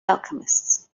alchemists